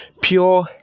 pure